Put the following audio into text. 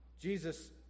Jesus